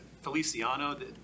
Feliciano